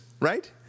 right